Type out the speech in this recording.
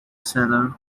seller